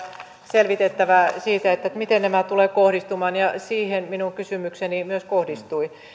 selvitettävää siitä miten nämä tulevat kohdistumaan ja siihen minun kysymykseni myös kohdistui